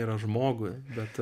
yra žmogui bet